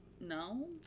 No